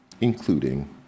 including